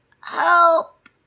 Help